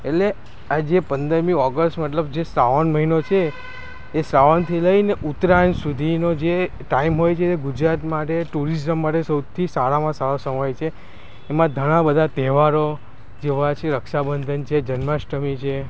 એટલે આજે પંદરમી ઓગસ્ટ મતલબ જે શ્રાવણ મહિનો છે એ સાવનથી લઈને ઉત્તરાયણ સુધીનો જે ટાઈમ હોય છે ગુજરાત માટે ટુરિઝમ માટે સૌથી સારામાં સારા સમય છે એમાં ઘણા બધા તહેવારો જેવા છે રક્ષાબંધન છે જન્માષ્ટમી છે